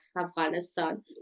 Afghanistan